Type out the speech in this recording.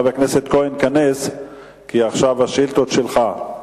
חבר הכנסת כהן, תיכנס, כי עכשיו השאילתות שלך.